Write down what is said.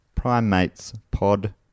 primatespod